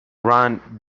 ran